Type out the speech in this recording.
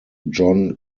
john